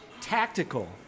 tactical